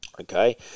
Okay